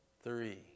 three